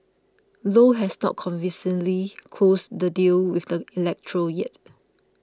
low has not convincingly closed the deal with the electro yet